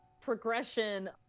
progression